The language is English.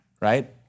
Right